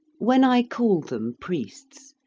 when i call them priests,